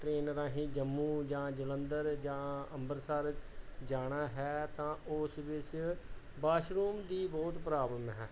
train ਰਾਹੀਂ ਜੰਮੂ ਜਾਂ ਜਲੰਧਰ ਜਾਂ ਅੰਬਰਸਰ ਜਾਣਾ ਹੈ ਤਾਂ ਉਸ ਵਿੱਚ ਬਾਸ਼ਰੂਮ ਦੀ ਬਹੁਤ ਪ੍ਰੋਬਲਮ ਹੈ